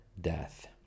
death